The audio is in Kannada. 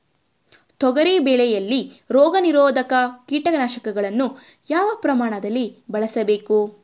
ತೊಗರಿ ಬೆಳೆಯಲ್ಲಿ ರೋಗನಿರೋಧ ಕೀಟನಾಶಕಗಳನ್ನು ಯಾವ ಪ್ರಮಾಣದಲ್ಲಿ ಬಳಸಬೇಕು?